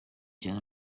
cya